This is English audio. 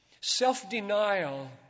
self-denial